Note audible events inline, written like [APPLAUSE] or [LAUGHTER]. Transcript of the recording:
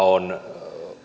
[UNINTELLIGIBLE] on